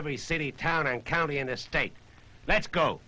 every city town and county in this state let's go